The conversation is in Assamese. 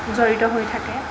জড়িত হৈ থাকে